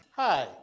Hi